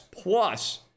plus